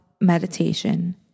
meditation